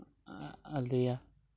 ᱟᱫᱮᱭᱟ